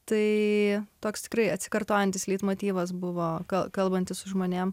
tai toks tikrai atsikartojantis leitmotyvas buvo gal kalbantis su žmonėm